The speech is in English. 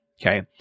okay